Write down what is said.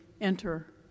enter